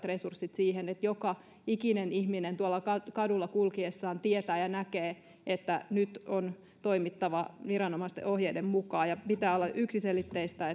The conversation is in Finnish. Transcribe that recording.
resurssit siihen että joka ikinen ihminen tuolla kadulla kulkiessaan tietää ja näkee että nyt on toimittava viranomaisten ohjeiden mukaan ja pitää olla yksiselitteistä